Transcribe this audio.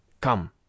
Come